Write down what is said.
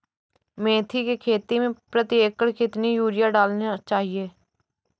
मेथी के खेती में प्रति एकड़ कितनी यूरिया डालना चाहिए?